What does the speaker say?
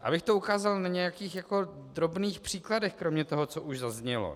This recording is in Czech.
Abych to ukázal na nějakých drobných příkladech kromě toho, co už zaznělo.